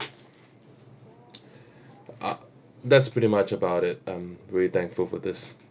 ak~ that's pretty much about it I'm very thankful for this